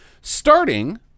Starting